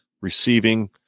receiving